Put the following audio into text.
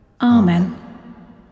Amen